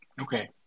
Okay